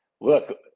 look